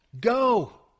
Go